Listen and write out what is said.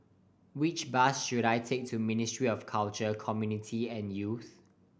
which bus should I take to Ministry of Culture Community and Youth